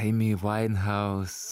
eimi vainhaus